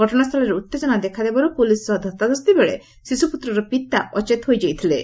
ଘଟଶାସ୍ଥଳରେ ଉତେଜନା ଦେଖାଦେବାରୁ ପୁଲିସ ସହ ଧସ୍ତାଧସ୍ତି ବେଳେ ଶିଶୁପୁତ୍ରର ପିତା ଅଚେତ ହୋଇପଡିଥିଲୋ